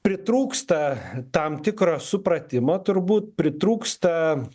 pritrūksta tam tikro supratimo turbūt pritrūksta